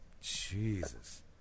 Jesus